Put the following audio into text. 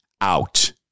out